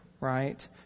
right